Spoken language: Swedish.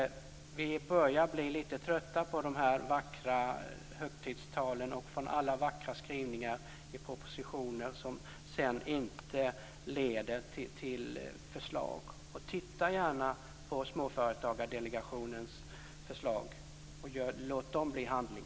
Vi börjar bli litet trötta på dessa vackra högtidstal och vackra skrivningar i propositioner som sedan inte leder till förslag. Titta gärna på Småföretagardelegationens förslag och låt dem leda till handling.